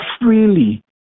Freely